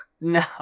No